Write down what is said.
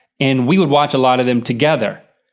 and we would watch a lot of them together.